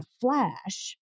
flash